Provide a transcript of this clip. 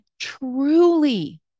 truly